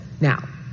Now